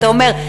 אתה אומר,